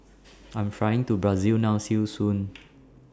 I Am Flying to Brazil now See YOU Soon